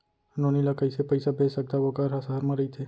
नोनी ल कइसे पइसा भेज सकथव वोकर ह सहर म रइथे?